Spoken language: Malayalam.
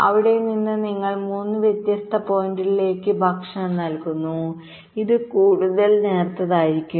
അവിടെ നിന്ന് നിങ്ങൾ മൂന്ന് വ്യത്യസ്ത പോയിന്റുകളിലേക്ക് ഭക്ഷണം നൽകുന്നു ഇത് കൂടുതൽ നേർത്തതായിരിക്കും